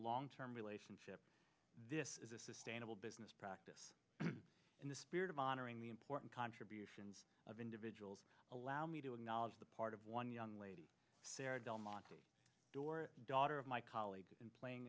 long term relationship this is a sustainable business practice in the spirit of honoring the important contributions of individuals allow me to acknowledge the part of one young lady sarah delmonte door daughter of my colleague in playing